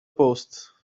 post